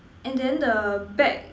and then the back